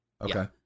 Okay